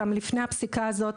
גם לפני הפסיקה הזו,